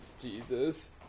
Jesus